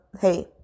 hey